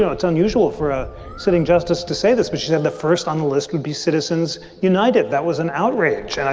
so it's unusual for a sitting justice to say this, but she said the first on the list would be citizens united. that was an outrage. and i